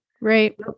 Right